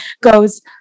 Goes